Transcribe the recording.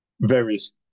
various